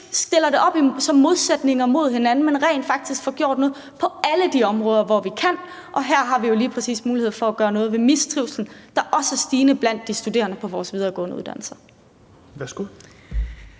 stiller det op som modsætninger mod hinanden, men rent faktisk får gjort noget på alle de områder, hvor vi kan gøre noget. Og her har vi jo lige præcis mulighed for at gøre noget ved mistrivslen, der også er stigende blandt de studerende på vores videregående uddannelser.